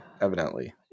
evidently